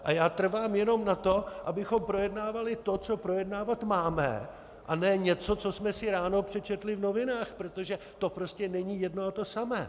A já trvám jenom na tom, abychom projednávali to, co projednávat máme, a ne něco, co jsme si ráno přečetli v novinách, protože to prostě není jedno a to samé.